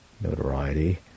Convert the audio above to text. notoriety